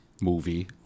movie